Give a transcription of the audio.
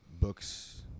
books